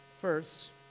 First